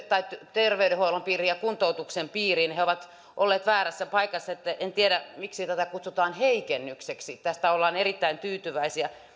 terveydenhuollon piiriin ja kuntoutuksen piiriin he ovat olleet väärässä paikassa en tiedä miksi tätä kutsutaan heikennykseksi tästä ollaan erittäin tyytyväisiä